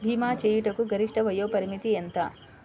భీమా చేయుటకు గరిష్ట వయోపరిమితి ఎంత?